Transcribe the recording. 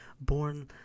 Born